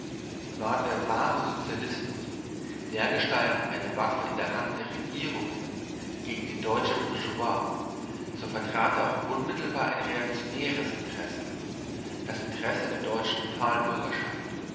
ward der wahre sozialismus dergestalt eine waffe in der hand der regierungen gegen die deutsche bourgeoisie so vertrat er auch unmittelbar ein reaktionäres interesse das interesse der deutschen